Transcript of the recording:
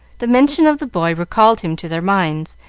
the mention of the boy recalled him to their minds,